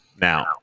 Now